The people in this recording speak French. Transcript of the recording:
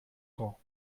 grand